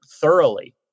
thoroughly